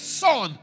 son